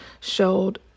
showed